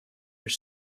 your